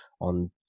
on